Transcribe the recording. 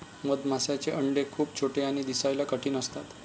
मधमाशांचे अंडे खूप छोटे आणि दिसायला कठीण असतात